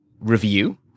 review